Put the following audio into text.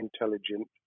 intelligent